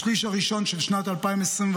בשליש הראשון של שנת 2024,